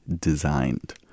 designed